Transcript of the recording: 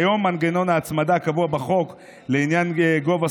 כיום מנגנון ההצמדה הקבוע בחוק לעניין גובה